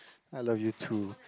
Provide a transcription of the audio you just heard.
I love you too